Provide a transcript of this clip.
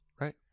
Right